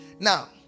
Now